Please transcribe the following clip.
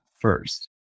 first